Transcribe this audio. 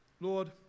Lord